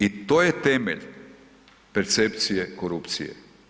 I to je temelj percepcije korupcije.